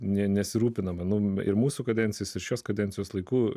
nė nesirūpinama mums ir mūsų kadencijos šios kadencijos laiku